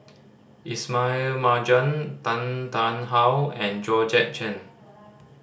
Ismail Marjan Tan Tarn How and Georgette Chen